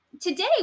Today